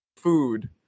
Food